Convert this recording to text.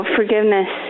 forgiveness